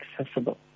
accessible